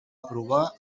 aprovar